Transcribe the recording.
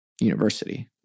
university